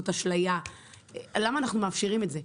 זאת אשליה למה אנחנו מאפשרים את זה?